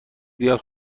بیاد